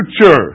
Future